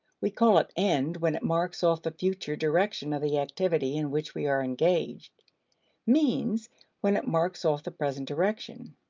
we call it end when it marks off the future direction of the activity in which we are engaged means when it marks off the present direction.